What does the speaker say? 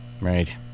Right